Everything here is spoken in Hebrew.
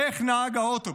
איך נהג האוטובוס,